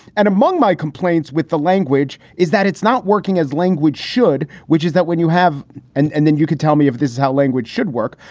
and among my complaints with the language is that it's not working as language should, which is that when you have and and then you can tell me if this is how language should work,